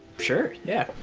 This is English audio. sure, yeah.